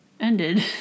ended